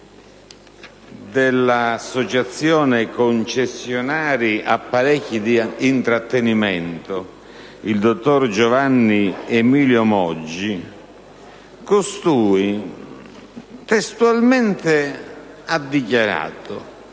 dell'Associazione concessionari apparecchi da intrattenimento, il dottor Giovanni Emilio Maggi, costui ha dichiarato